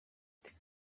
ati